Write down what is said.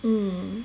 mm